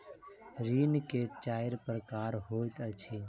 ऋण के चाइर प्रकार होइत अछि